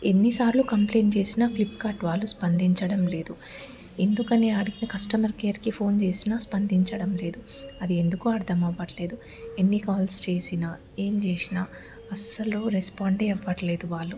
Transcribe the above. ఎన్నిసార్లు కంప్లైంట్ చేసిన ఫ్లిప్కార్ట్ వాళ్ళు స్పందించడం లేదు ఎందుకని అడిగిన కస్టమర్ కేర్కి ఫోన్ చేసినా స్పందించడం లేదు అది ఎందుకో అర్థం అవ్వటలేదు ఎన్ని కాల్స్ చేసినా ఏం చేసినా అస్సలు రెస్పాండే అవ్వట్లేదు వాళ్ళు